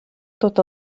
tot